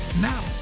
now